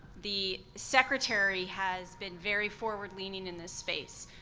the secretary has been very forward leaning in this space.